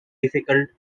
difficult